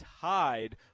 tied